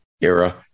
era